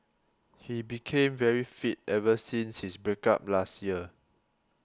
he became very fit ever since his break up last year